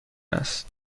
است